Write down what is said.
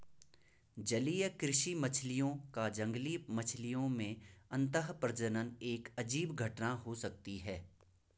जलीय कृषि मछलियों का जंगली मछलियों में अंतःप्रजनन एक अजीब घटना हो सकती है